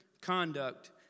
conduct